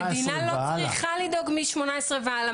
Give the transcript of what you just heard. מדינה לא צריכה לדאוג מ-18 והלאה,